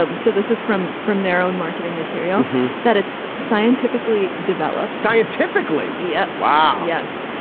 um so this is from from their own marketing material that it's scientifically developed scientifically. yes. wow. yes.